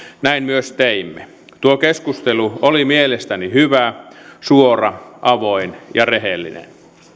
näin myös teimme tuo keskustelu oli mielestäni hyvä suora avoin ja rehellinen